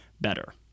better